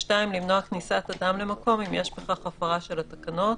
(2)למנוע כניסת אדם למקום אם יש בכך הפרה של התקנות,